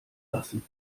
lassen